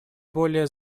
более